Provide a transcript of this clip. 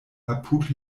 apud